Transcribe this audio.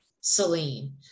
Celine